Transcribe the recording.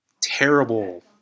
terrible